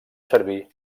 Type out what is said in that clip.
servir